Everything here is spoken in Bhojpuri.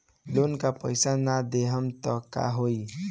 लोन का पैस न देहम त का होई?